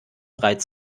reiz